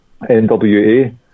NWA